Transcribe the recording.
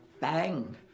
Bang